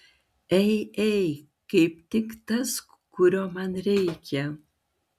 ei ei kaip tik tas kurio man reikia